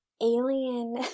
alien